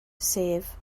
sef